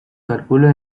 calcula